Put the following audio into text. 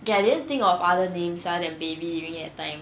K I didn't think of other names other that baby during that time